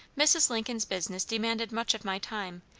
mrs. lincoln's business demanded much of my time,